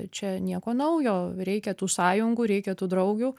čia nieko naujo reikia tų sąjungų reikia tų draugių